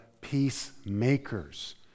peacemakers